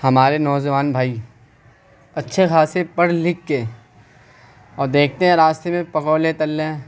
ہمارے نوجوان بھائی اچھے خاصے پڑھ لکھ کے اور دیکھتے ہیں راستے میں پکوڑے تل رہے ہیں